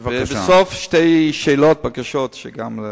בסוף שתי שאלות או בקשות לשר: